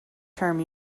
term